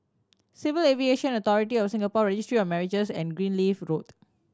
Civil Aviation Authority of Singapore Registry of Marriages and Greenleaf Road